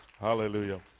Hallelujah